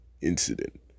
Incident